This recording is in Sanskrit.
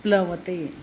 प्लवते